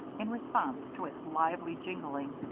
in response to its lively jingling,